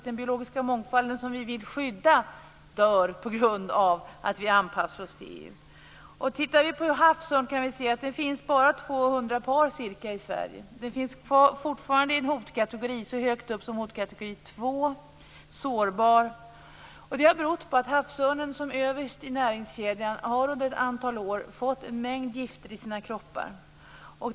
Den biologiska mångfalden som vi vill skydda får inte dö på grund av att vi anpassar oss till EU. Det finns bara ca 200 havsörnspar i Sverige. Havsörnen finns fortfarande kvar i hotkategori två. Den betraktats alltså som sårbar. Det har berott på att havsörnarna som befinner sig överst i näringskedjan under ett antal år har fått en mängd gifter i sina kroppar.